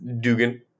Dugan